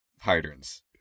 hydrants